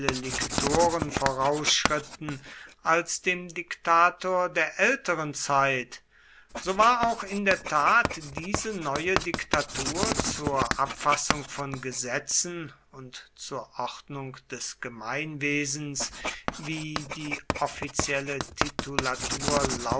liktoren vorausschritten als dem diktator der älteren zeit so war auch in der tat diese neue diktatur zur abfassung von gesetzen und zur ordnung des gemeinwesens wie die offizielle